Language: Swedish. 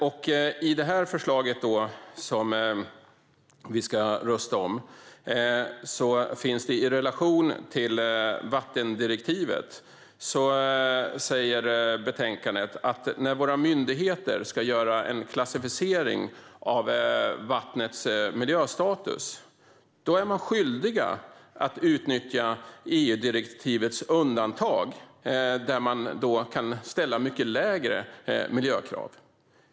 I regeringens förslag och betänkandet står det i relation till vattendirektivet att när våra myndigheter ska göra en klassificering av vattnets miljöstatus är de skyldiga att utnyttja EU-direktivets undantag som ställer mycket lägre miljökrav.